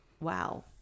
wow